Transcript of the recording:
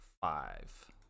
five